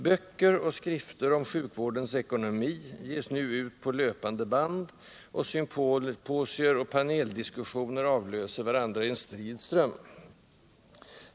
Böcker och skrifter om sjukvårdens ekonomi ges nu ut på löpande band, och symposier och paneldiskussioner avlöser varandra i en strid ström.